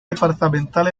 departamental